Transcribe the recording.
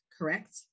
correct